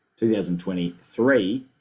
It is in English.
2023